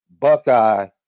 Buckeye